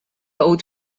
old